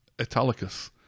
italicus